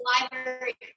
library